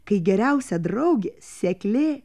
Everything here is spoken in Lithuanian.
kai geriausia draugė seklė